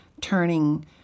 turning